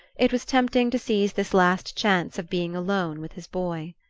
it was tempting to seize this last chance of being alone with his boy.